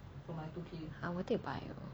I will take bio